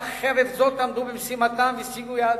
אך חרף זאת עמדו במשימתן והשיגו יעדיהן.